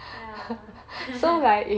ya